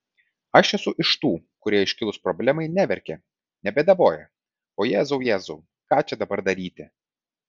aš esu iš tų kurie iškilus problemai neverkia nebėdavoja o jėzau jėzau ką čia dabar daryti